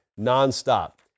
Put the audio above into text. nonstop